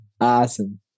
Awesome